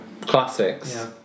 Classics